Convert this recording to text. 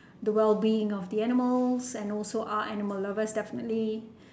the well being of the animals and also are animal lovers definitely